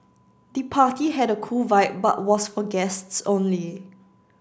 the party had a cool vibe but was for guests only